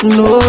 no